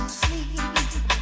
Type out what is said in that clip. sleep